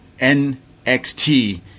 NXT